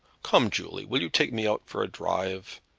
come, julie, will you take me out for a drive.